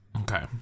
okay